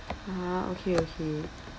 ah okay okay